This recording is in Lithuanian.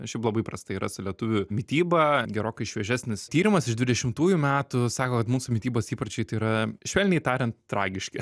šiaip labai prastai yra su lietuvių mityba gerokai šviežesnis tyrimas iš dvidešimtųjų metų sako kad mūsų mitybos įpročiai tai yra švelniai tariant tragiški